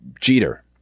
Jeter